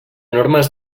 normes